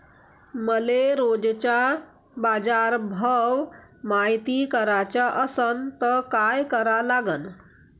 मले रोजचा बाजारभव मायती कराचा असन त काय करा लागन?